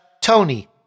Tony